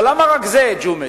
למה רק זה, ג'ומס?